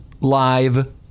live